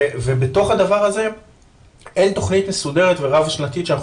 בתוך הדבר הזה אין תכנית מסודרת ורב שנתית שאנחנו